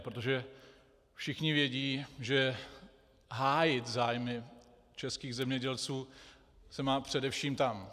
Protože všichni vědí, že hájit zájmy českých zemědělců se mají především tam.